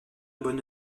bonne